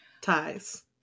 ties